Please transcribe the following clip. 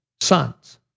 sons